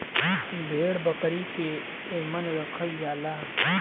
भेड़ बकरी के एमन रखल जाला